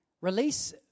release